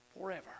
forever